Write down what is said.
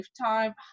Lifetime